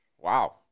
Wow